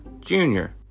Junior